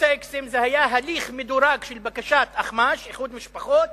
זה היה הליך מדורג של בקשת אחמ"ש, איחוד משפחות,